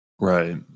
right